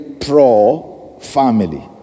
pro-family